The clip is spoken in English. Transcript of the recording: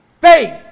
Faith